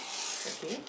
okay